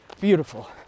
beautiful